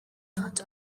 not